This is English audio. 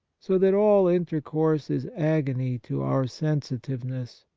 so that all intercourse is agony to our sensitiveness.